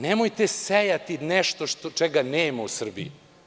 Nemojte sejati nešto čega nema u Srbiji.